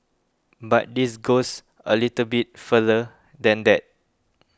but this goes a little bit further than that